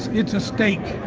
it's a steak.